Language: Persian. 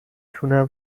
تونم